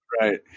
Right